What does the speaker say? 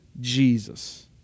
Jesus